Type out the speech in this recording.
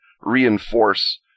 reinforce